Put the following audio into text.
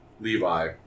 Levi